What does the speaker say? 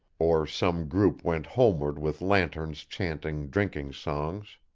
or some group went homeward with lanterns chanting drinking-songs.